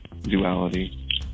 duality